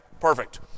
perfect